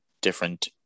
different